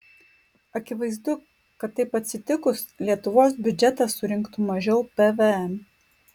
akivaizdu kad taip atsitikus lietuvos biudžetas surinktų mažiau pvm